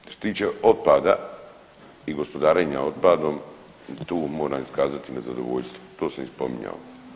Što se tiče otpada i gospodarenja otpadom tu moram iskazati nezadovoljstvo, to sam i spominjao.